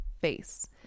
face